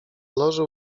loży